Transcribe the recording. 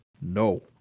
No